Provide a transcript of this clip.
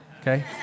Okay